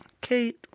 kate